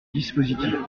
dispositif